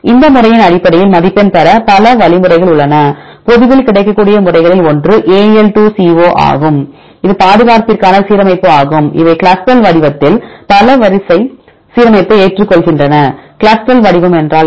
இந்த முறையின் அடிப்படையில் மதிப்பெண் பெற பல வழிமுறைகள் உள்ளன பொதுவில் கிடைக்கக்கூடிய முறைகளில் ஒன்று AL2CO ஆகும் இது பாதுகாப்பிற்கான சீரமைப்பு ஆகும் இவை CLUSTAL வடிவத்தில் பல வரிசை சீரமைப்பை ஏற்றுக்கொள்கின்றன CLUSTAL வடிவம் என்றால் என்ன